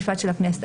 חוק ומשפט של הכנסת,